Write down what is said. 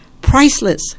priceless